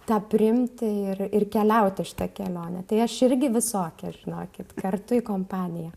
tą priimti ir ir keliauti šitą kelionę tai aš irgi visokia žinokit kartu į kompaniją